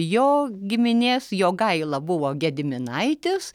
jo giminės jogaila buvo gediminaitis